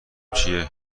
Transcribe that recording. چیه